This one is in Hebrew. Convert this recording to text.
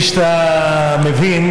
כפי שאתה מבין,